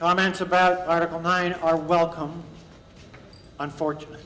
comments about article nine are welcome unfortunate